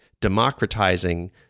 democratizing